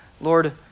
Lord